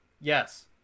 Yes